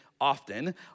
often